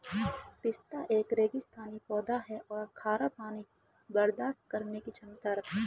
पिस्ता एक रेगिस्तानी पौधा है और खारा पानी बर्दाश्त करने की क्षमता रखता है